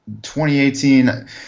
2018